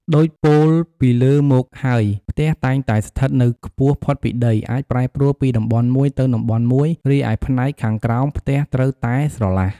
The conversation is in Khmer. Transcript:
ដូចពោលពីលើមកហើយ ផ្ទះតែងតែស្ថិតនៅខ្ពស់ផុតពីដី អាចប្រែប្រួលពីតំបន់មួយទៅតំបន់មួយ រីឯផ្នែកខាងក្រោមផ្ទះត្រូវតែស្រឡះ។